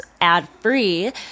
ad-free